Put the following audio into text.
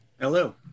Hello